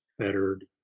fettered